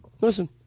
Listen